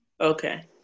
Okay